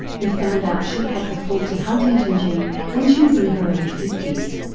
who found out she had the faulty huntington gene when she was in her early fifty s.